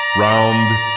Round